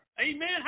Amen